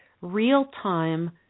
real-time